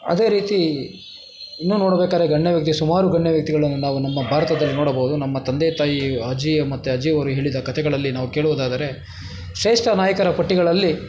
ಅದೇ ರೀತಿ ಇನ್ನು ನೋಡಬೇಕಾರೆ ಗಣ್ಯ ವ್ಯಕ್ತಿ ಸುಮಾರು ಗಣ್ಯ ವ್ಯಕ್ತಿಗಳನ್ನು ನಾವು ನಮ್ಮ ಭಾರತದಲ್ಲಿ ನೋಡಬಹುದು ನಮ್ಮ ತಂದೆ ತಾಯಿ ಅಜ್ಜಿ ಮತ್ತು ಅಜ್ಜಿ ಅವರು ಹೇಳಿದ ಕತೆಗಳಲ್ಲಿ ನಾವು ಕೇಳುವುದಾದರೆ ಶ್ರೇಷ್ಠ ನಾಯಕರ ಪಟ್ಟಿಗಳಲ್ಲಿ